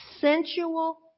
sensual